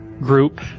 group